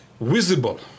visible